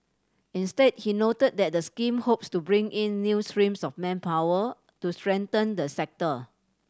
instead he noted that the scheme hopes to bring in new streams of manpower to strengthen the sector